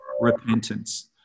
repentance